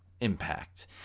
impact